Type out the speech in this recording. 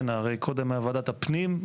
קודם זאת היתה ועדת הפנים,